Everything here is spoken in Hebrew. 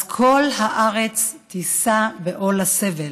אז כל הארץ תישא בעול הסבל.